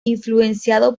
influenciado